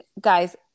guys